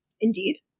indeed